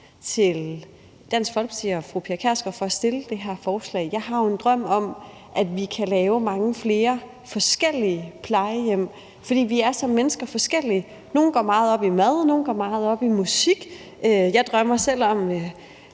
til Dansk Folkeparti og fru Pia Kjærsgaard for at fremsætte det her beslutningsforslag. Jeg har jo en drøm om, at vi kan lave mange flere forskellige plejehjem, fordi vi som mennesker er forskellige; nogle går meget op i mad, og nogle går meget op i musik. Jeg drømmer selv om,